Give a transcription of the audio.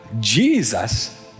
Jesus